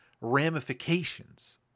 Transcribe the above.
ramifications